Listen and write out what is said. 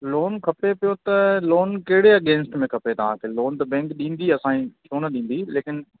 loan खपे पियो त लोन कहिड़े अगेंस में खपे तव्हांखे लोन त बैंक ॾींदी आहे साईं छो न ॾींदी लेकिन